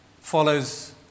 follows